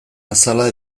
azala